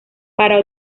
para